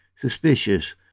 suspicious